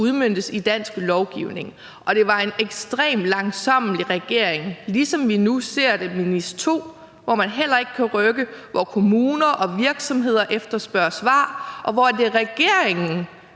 udmøntes i dansk lovgivning. Og det var en ekstremt langsommelig regering, ligesom vi nu ser det med NIS 2, hvor man heller ikke kan rykke; hvor kommuner og virksomheder efterspørger svar, og hvor det er regeringen,